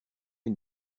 une